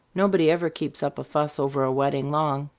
nobody ever keeps up a fuss over a wedding long.